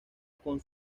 con